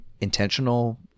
intentional